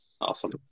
awesome